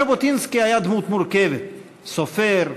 ז'בוטינסקי היה דמות מורכבת: סופר,